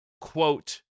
quote